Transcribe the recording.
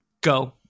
go